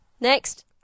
Next